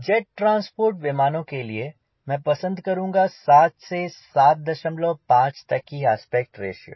jet transport विमानों के लिए मैं पसंद करूँगा 7 से 75 तक की आस्पेक्ट रेश्यो